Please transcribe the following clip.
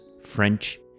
French